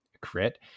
crit